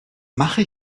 mache